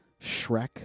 Shrek